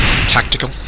Tactical